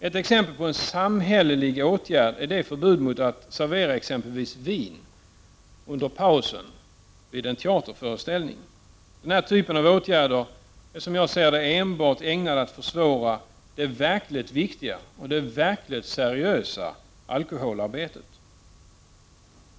Ett exempel på en samhällelig symbolåtgärd är det förbud mot att servera exempelvis vin under pausen vid en teaterföreställning. Den här typen av åtgärder är enbart ägnad att försvåra det verkligt viktiga och seriösa alkoholarbetet.